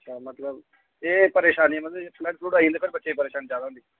अच्छा मतलब एह् परेशानी ऐ मतलब फ्लड फ्लुड आई जंदे फिर बच्चें गी परेशानी ज्यादा होंदी